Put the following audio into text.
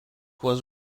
was